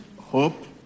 hope